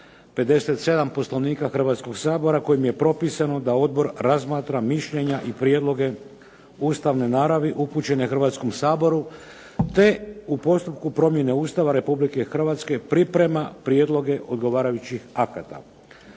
57. Poslovnika Hrvatskoga sabora kojim je propisano da odbor razmatra mišljenja i prijedloge ustavne naravi upućene Hrvatskom saboru te u postupku promjene Ustava Republike Hrvatske priprema prijedloge odgovarajućih akata.